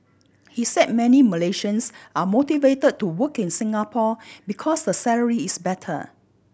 he said many Malaysians are motivated to work in Singapore because the salary is better